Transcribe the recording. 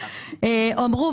אמרו,